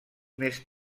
més